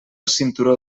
cinturó